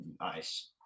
nice